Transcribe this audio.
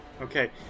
Okay